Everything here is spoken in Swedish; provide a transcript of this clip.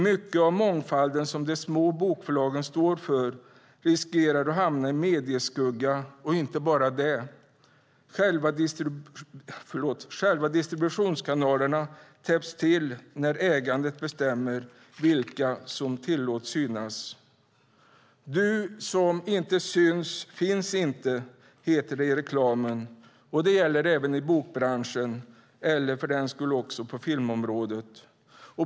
Mycket av mångfalden som de små bokförlagen står för riskerar att hamna i medieskugga, och inte bara det - själva distributionskanalerna täpps till när ägandet bestämmer vilka som ska synas. Du som inte syns finns inte. Så brukar det heta när det gäller reklam, och det gäller även i bokbranschen och på filmområdet.